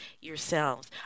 yourselves